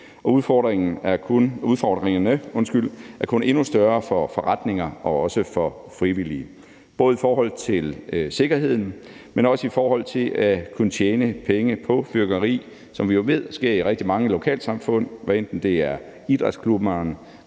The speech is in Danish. Udfordringerne er kun endnu større for forretninger og også for frivillige, både i forhold til sikkerheden, men også i forhold til at kunne tjene penge på salg af fyrværkeri, hvad vi jo ved sker i rigtig mange lokalsamfund, hvad enten det er idrætsklubben,